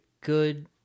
good